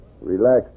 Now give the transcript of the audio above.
Relax